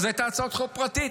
זאת הייתה הצעת חוק פרטית.